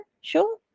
sure